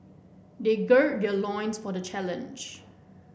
they gird their loins for the challenge